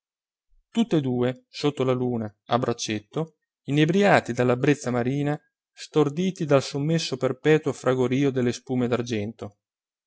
tutti e due sotto la luna a braccetto inebriati dalla brezza marina storditi dal sommesso perpetuo fragorio delle spume